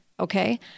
Okay